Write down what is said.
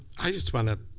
i just want to